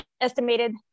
estimated